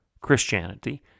Christianity